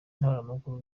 ntaramakuru